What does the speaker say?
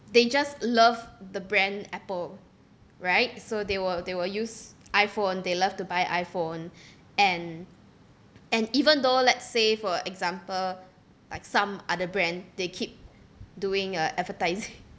they just love the brand Apple right so they will they will use iPhone they love to buy iPhone and and even though let's say for example like some other brand they keep doing uh advertising